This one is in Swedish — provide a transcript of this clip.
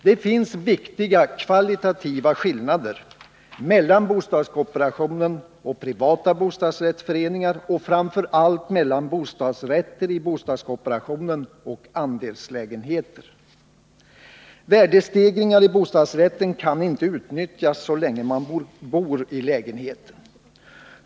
Det finns viktiga kvalitativa skillnader mellan bostadskooperationen och privata bostadsrättsföreningar och framför allt mellan bostadsrätter i bostadskooperationen och andelslägenheter. Värdestegringar i bostadsrätten kan inte utnyttjas så länge man bor i lägenheten.